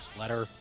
letter